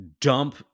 dump